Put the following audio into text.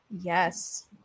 Yes